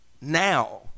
now